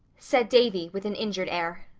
said davy, with an injured air.